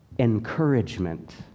Encouragement